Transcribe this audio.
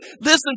Listen